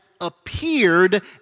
appeared